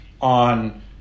on